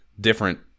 different